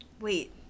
wait